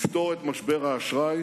לפתור את משבר האשראי